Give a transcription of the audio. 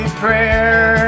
prayer